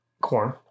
corn